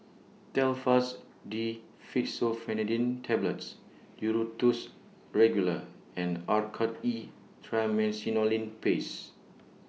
Telfast D Fexofenadine Tablets Duro Tuss Regular and Oracort E Triamcinolone Paste